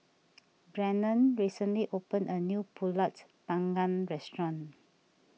Brannon recently opened a new Pulut Panggang restaurant